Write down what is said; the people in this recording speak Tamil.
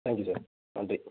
தேங்க் யூ சார் நன்றி